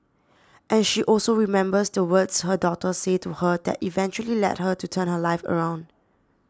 and she also remembers the words her daughter say to her that eventually led her to turn her life around